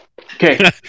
Okay